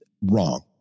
wrong